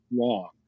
wrong